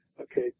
okay